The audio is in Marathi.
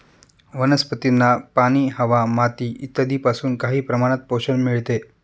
वनस्पतींना पाणी, हवा, माती इत्यादींपासून काही प्रमाणात पोषण मिळते